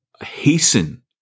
hasten